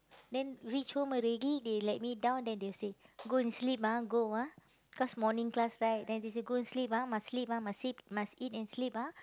then reach home already they let me down then they say go and sleep ah go ah cause morning class right then they say go and sleep ah must sleep ah must sleep must eat and sleep ah